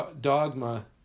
dogma